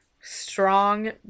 strong